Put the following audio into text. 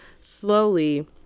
slowly